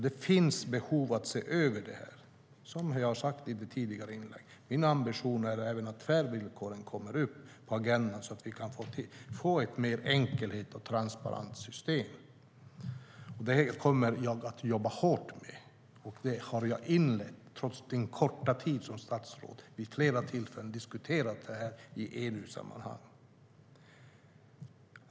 Det finns behov att se över detta, som jag har sagt i tidigare inlägg. Min ambition är även att tvärvillkoren kommer upp på agendan, så att vi kan få ett enklare och mer transparent system. Det kommer jag att jobba hårt med, och jag har redan inlett detta arbete. Trots den korta tid som jag har varit statsråd har jag vid flera tillfällen diskuterat detta i EU-sammanhang.